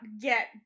get